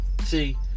See